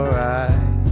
right